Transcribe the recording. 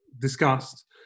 discussed